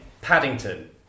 Paddington